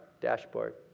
dashboard